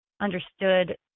understood